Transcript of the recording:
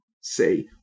say